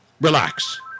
Relax